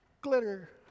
glitter